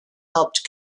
helped